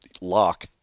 lock